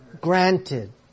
Granted